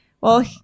Well-